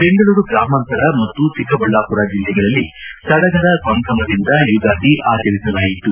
ಬೆಂಗಳೂರು ಗ್ರಾಮಾಂತರ ಮತ್ತು ಚಿಕ್ಕಬಳ್ಳಾಪುರ ಜಿಲ್ಲೆಗಳಲ್ಲಿ ಸಡಗರ ಸಂಭ್ರಮದಿಂದ ಆಚರಿಸಲಾಯಿತು